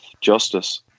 justice